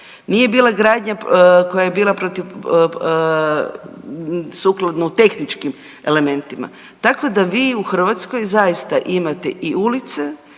nije bila gradnja koja je bila protiv sukladno tehničkim elementima, tako da vi u Hrvatskoj zaista imate i ulice,